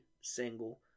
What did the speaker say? single